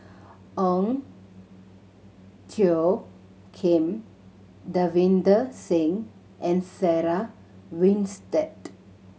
Ong Tjoe Kim Davinder Singh and Sarah Winstedt